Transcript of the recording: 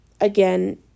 again